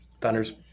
Thunder's